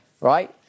Right